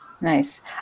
Nice